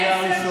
קריאה ראשונה.